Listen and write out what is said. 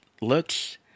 looks